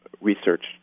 research